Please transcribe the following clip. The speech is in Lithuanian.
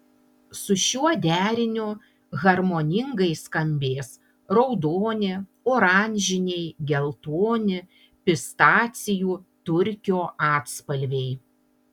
su šiuo deriniu harmoningai skambės raudoni oranžiniai geltoni pistacijų turkio atspalviai